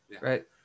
right